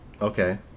Okay